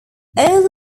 all